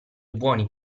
buoni